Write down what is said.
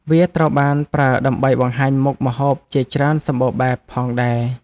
វាត្រូវបានប្រើដើម្បីបង្ហាញមុខម្ហូបជាច្រើនសម្បូរបែបផងដែរ។